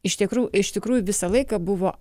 iš tikrųjų iš tikrųjų visą laiką buvo